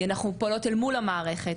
אנחנו פועלות אל מול המערכת,